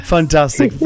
Fantastic